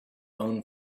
own